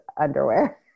underwear